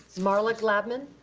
marla glabman.